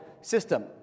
system